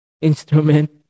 instrument